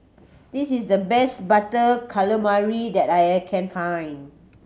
this is the best Butter Calamari that I can find